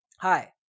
Hi